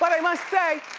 but i must say,